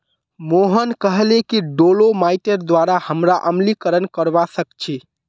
मोहन कहले कि डोलोमाइटेर द्वारा हमरा अम्लीकरण करवा सख छी